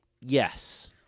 Yes